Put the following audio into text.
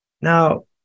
Now